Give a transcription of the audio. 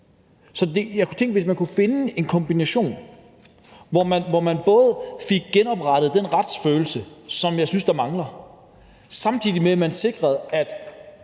Jeg kunne tænke mig, at man kunne finde en kombination, hvor man fik genoprettet den retsfølelse, som jeg synes mangler, samtidig med at man sikrede, at